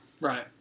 Right